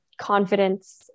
confidence